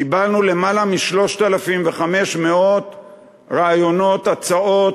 קיבלנו למעלה מ-3,500 רעיונות, הצעות.